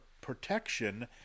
protection